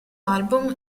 album